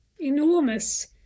enormous